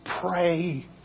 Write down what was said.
pray